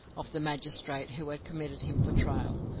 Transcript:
of the magistrate who had committed him for trial,